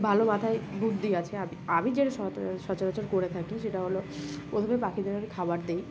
ভালো মাথায় বুদ্ধি আছে আমি যেটা সচা সচরাচর করে থাকি সেটা হলো প্রথমে পাখিদেরকে খাবার দেই